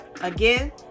again